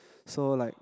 so like